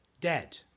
dead